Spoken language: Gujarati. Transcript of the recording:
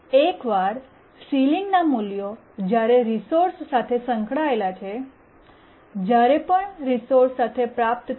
એકવાર સીલીંગ નાં મૂલ્યો જ્યારે રિસોર્સ સાથે સંકળાયેલ છે જ્યારે પણ રિસોર્સ સાથે પ્રાપ્ત થાય